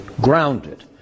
grounded